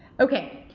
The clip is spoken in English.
okay,